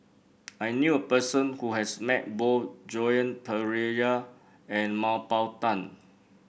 I knew a person who has met both Joan Pereira and Mah Bow Tan